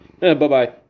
Bye-bye